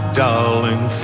darling